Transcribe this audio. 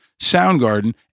Soundgarden